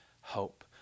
hope